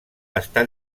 està